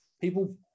people